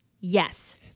yes